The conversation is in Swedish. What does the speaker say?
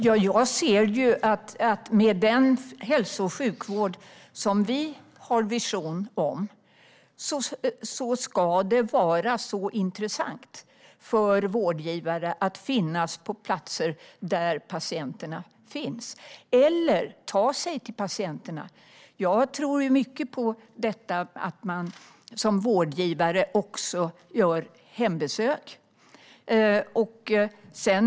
Herr talman! Liberalernas vision om hälso och sjukvården handlar om att det ska vara intressant för vårdgivare att finnas på platser där patienterna finns eller att ta sig till patienterna. Jag tror mycket på att vårdgivare gör hembesök.